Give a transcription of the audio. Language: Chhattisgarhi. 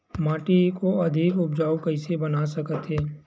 माटी को अधिक उपजाऊ कइसे बना सकत हे?